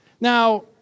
Now